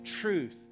truth